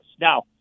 Now